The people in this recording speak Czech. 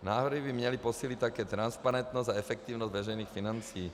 Návrhy by měly posílit také transparentnost a efektivnost veřejných financí.